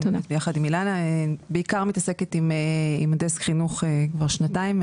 יחד עם אלינה בעיקר מתעסקת עם דסק החינוך כבר שנתיים,